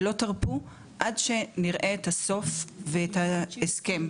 ולא תרפו עד שנראה את הסוף ואת ההסכם.